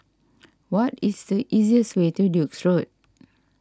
what is the easiest way to Duke's Road